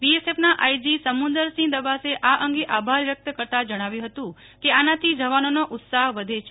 બીએસએફના આઈજી સમુંદર સિંહ દબાસે આ અંગે આભાર વ્યક્ત કરતા જણાવ્યું હતું કે આનાથી જવાનોનો ઉત્સાહ્ વધે છે